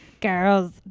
girls